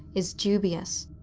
is dubious.